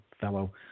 fellow